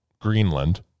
Greenland